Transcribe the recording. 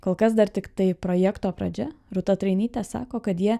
kol kas dar tiktai projekto pradžia rūta trainytė sako kad jie